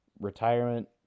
retirement